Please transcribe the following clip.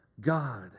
God